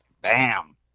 bam